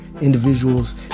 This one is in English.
individuals